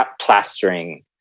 plastering